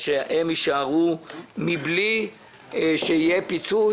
שהם יישארו מבלי שיהיה פיצוי.